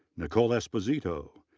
nicole esposito,